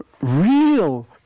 real